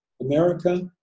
America